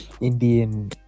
Indian